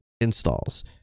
installs